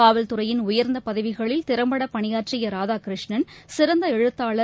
காவல் துறையின் உயர்ந்தபதவிகளில் திறம்படபணியாற்றியராதாகிருஷ்ணன் சிறந்தஎழுத்தாளர்